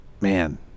man